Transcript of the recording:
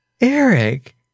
Eric